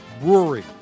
Brewery